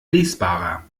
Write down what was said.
lesbarer